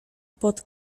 pod